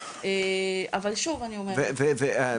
אבל שוב אני אומרת.